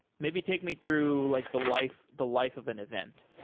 maybe take me through like the life the life of an event.